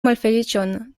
malfeliĉon